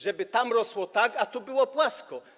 Żeby tam rosło tak, a tu było płasko?